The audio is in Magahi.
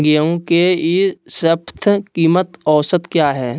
गेंहू के ई शपथ कीमत औसत क्या है?